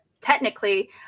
technically